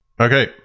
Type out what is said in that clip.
Okay